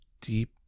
deep